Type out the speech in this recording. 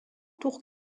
tours